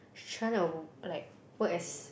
she trying to like work as